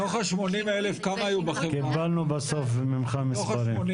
קיבלנו ממך את המספרים.